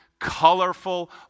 colorful